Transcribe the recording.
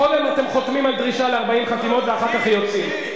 קודם אתם חותמים על דרישה ל-40 חתימות ואחר כך יוצאים.